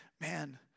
man